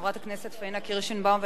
חברת הכנסת פניה קירשנבאום,